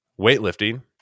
Weightlifting